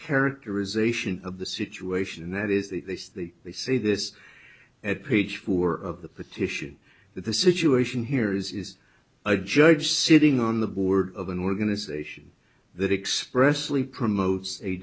characterization of the situation and that is the case that they say this at page four of the petition that the situation here is is a judge sitting on the board of an organization that expressly promotes a